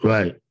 Right